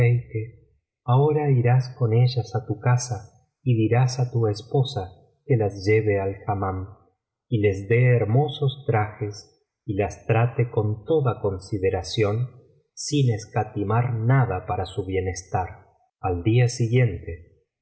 ahora irás con ellas á tu casa y dirás á tu esposa que las lleve al hammam y les dé hermosos trajes y las trate con toda consideración sin escatimar nada para su bienestar biblioteca valenciana las mil noches y una noche al día siguiente